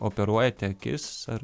operuojate akis ar